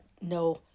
no